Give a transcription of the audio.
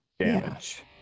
damage